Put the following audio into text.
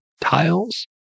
tiles